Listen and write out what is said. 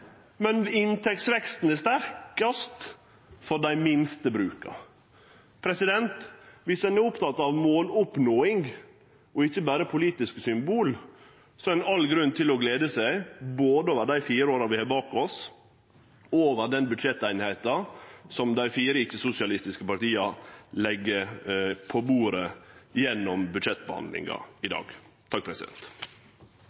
men inntektsveksten er sterkast for dei minste bruka. Dersom ein er oppteken av måloppnåing og ikkje berre politiske symbol, er det all grunn til å glede seg både over dei fire åra vi har bak oss, og over den budsjetteinigheita som dei fire ikkje-sosialistiske partia legg på bordet gjennom budsjettbehandlinga i